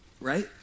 Right